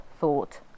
thought